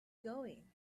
going